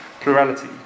plurality